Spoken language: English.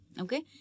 Okay